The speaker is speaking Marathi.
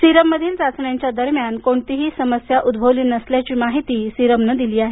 सिरममधील चाचण्यांच्या दरम्यान कोणतीही समस्या उद्गवली नसल्याची माहिती सिरमनं म्हटलं आहे